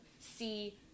see